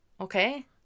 Okay